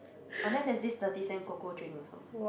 oh then there's this thirty cents cocoa drink also